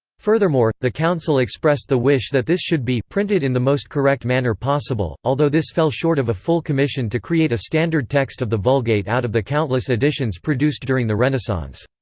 furthermore, the council expressed the wish that this should be printed in the most correct manner possible although this fell short of a full commission to create a standard text of the vulgate out of the countless editions produced during the renaissance.